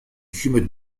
humid